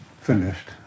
finished